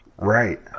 Right